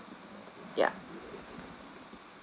ya